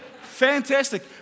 Fantastic